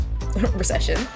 recession